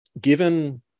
given